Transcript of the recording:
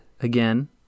again